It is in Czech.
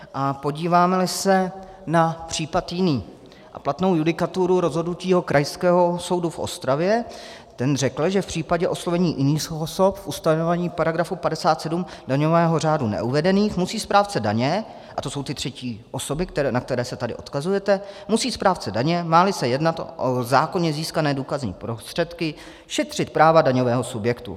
A podívámeli se na případ jiný, a to platnou judikaturu rozhodnutí Krajského soudu v Ostravě, ten řekl, že v případě oslovení jiných osob v ustanovení § 57 daňového řádu neuvedených musí správce daně, a to jsou ty třetí osoby, na které se tady odkazujete, musí správce daně, máli se jednat o zákonně získané důkazní prostředky, šetřit práva daňového subjektu.